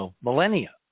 millennia